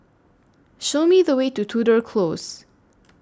Show Me The Way to Tudor Close